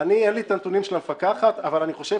אין לי את הנתונים של המפקחת אבל זה יהיה